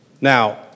Now